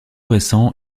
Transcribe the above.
récents